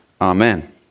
Amen